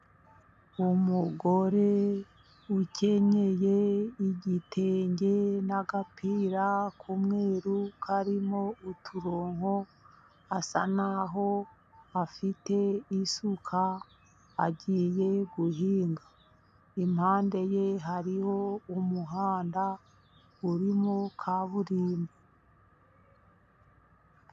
Umugore ukenyeye igitenge n'agapira k'umweru, karimo uturongo. Asa n'aho afite isuka agiye guhinga. Impande ye hariho umuhanda urimo kaburimbo.